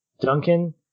Duncan